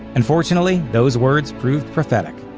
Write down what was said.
unfortunately, those words proved prophetic.